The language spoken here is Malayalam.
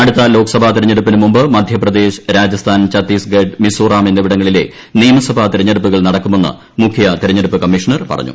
അടുത്ത ലോക്സഭാ തെരഞ്ഞെടുപ്പിന് മുമ്പ് ഛത്തീസ്ഗഡ് മധ്യപ്രദേശ് രാജസ്ഥാൻ മിസ്റ്റോറാം എന്നിവിടങ്ങളിലെ നിയമസഭാ തെരഞ്ഞെടുപ്പുകൾ നടക്കുമെന്ന് മുഖ്യതെരഞ്ഞെടുപ്പ് കമ്മീഷണർ പറഞ്ഞു